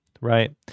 right